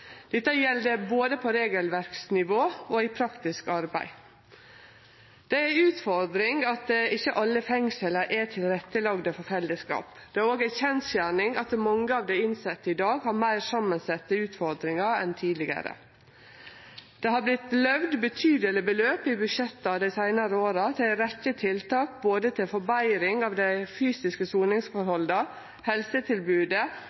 Dette gjeld både på regelverksnivå og i praktisk arbeid. Det er ei utfordring at ikkje alle fengsla er tilrettelagde for fellesskap. Det er òg ei kjensgjerning at mange av dei innsette i dag har meir samansette utfordringar enn tidlegare. Det har vorte løyvt betydelege beløp i budsjetta dei seinare åra til ei rekkje tiltak, både til forbetring av dei fysiske